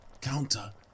counter